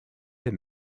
him